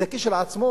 זה כשלעצמו